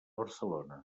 barcelona